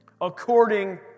according